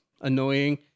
annoying